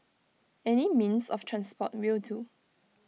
any means of transport will do